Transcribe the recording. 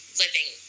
living